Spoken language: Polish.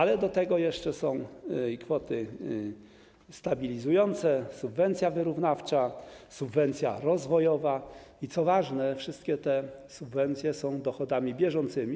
Ale do tego jeszcze są kwoty stabilizujące, subwencja wyrównawcza, subwencja rozwojowa i - co jest ważne - wszystkie te subwencje są dochodami bieżącymi.